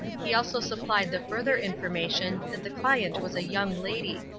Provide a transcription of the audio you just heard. he also supplied the further information that the client was a young lady.